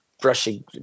brushing